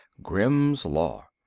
grimm's law.